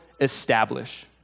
establish